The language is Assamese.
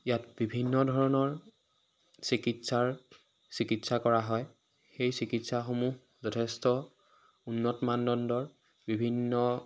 ইয়াত বিভিন্ন ধৰণৰ চিকিৎসাৰ চিকিৎসা কৰা হয় সেই চিকিৎসাসমূহ যথেষ্ট উন্নত মানদণ্ডৰ বিভিন্ন